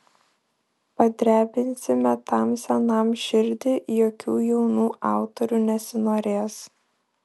padrebinsime tam senam širdį jokių jaunų autorių nesinorės